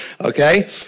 Okay